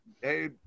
hey